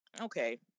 okay